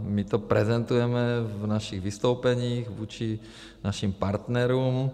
My to prezentujeme v našich vystoupeních vůči našim partnerům.